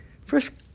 First